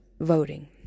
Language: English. voting